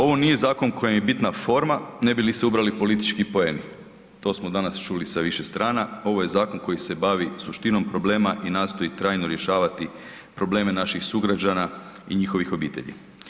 Ovo nije zakon kojem je bitna forma ne bi li se ubrali politički poeni, to smo danas čuli sa više strana, ovo je zakon koji se bavi suštinom problema i nastoji trajno rješavati probleme naših sugrađana i njihovih obitelji.